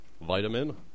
vitamin